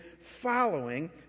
following